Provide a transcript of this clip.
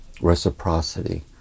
reciprocity